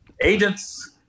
agents